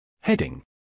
Heading